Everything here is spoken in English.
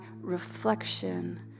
reflection